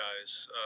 guys